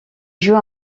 joue